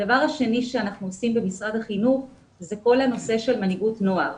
הדבר השני שאנחנו עוסקים בו במשרד החינוך הוא כל הנושא של מנהיגות נוער.